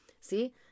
See